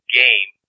game